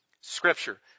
Scripture